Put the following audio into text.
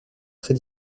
très